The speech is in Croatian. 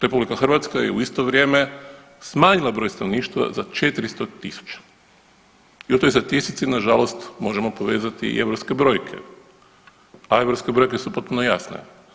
RH je u isto vrijeme smanjila broj stanovništva za 400.000 i u toj statistici nažalost možemo povezati i europske brojke, a europske brojke su potpuno jasne.